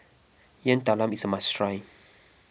Yam Talam is a must try